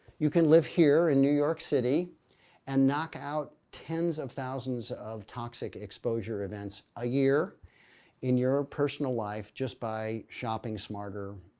you can live here in new york city and knock out tens of thousands of toxic exposure events a year in your personal life just by shopping smarter,